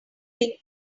ring